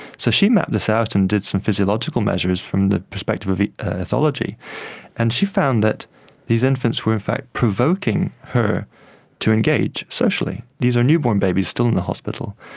so she mapped this out and did some physiological measures from the perspective of orthology and she found that these infants were in fact provoking her to engage socially. these are newborn babies still in the hospital.